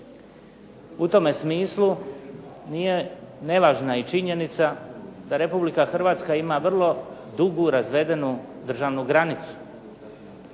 U tome smislu nevažna je činjenica da Republika Hrvatska ima vrlo dugu razvedenu državnu granicu,